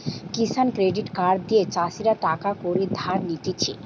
কিষান credit card দিয়ে চাষীরা টাকা কড়ি ধার নিতেছে